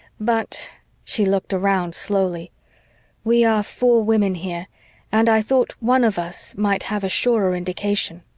but she looked around slowly we are four women here and i thought one of us might have a surer indication.